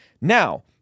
Now